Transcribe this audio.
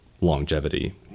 longevity